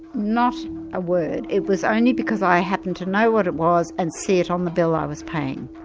not a word. it was only because i happened to know what it was and see it on the bill i was paying.